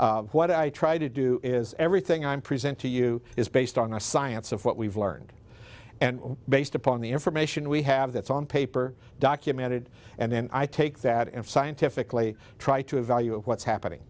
anything what i try to do is everything i'm present to you is based on a science of what we've learned and based upon the information we have that's on paper documented and then i take that and scientifically try to evaluate what's happening